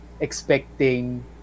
Expecting